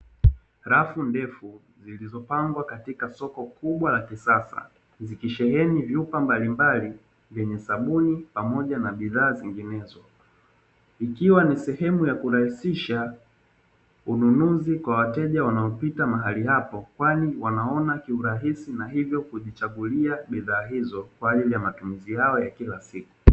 Rafu ndefu zilizopangwa katika soko kubwa la kisasa, likisheheni vyupa mbalimbali zenye sabuni, pamoja na bidhaa zinginezo. Ikiwa ni sehemu ya kurahisisha ununuzi kwa wateja wanaopita mahali hapo, kwani wanaona kiurahisi na hivyo kujichagulia bidhaa hizo, kwa ajili ya matumizi yao ya kila siku.